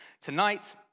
tonight